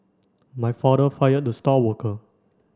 my father fired the star worker